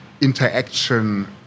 interaction